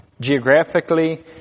geographically